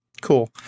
cool